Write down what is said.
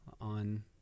on